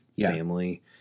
family